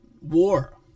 war